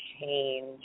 change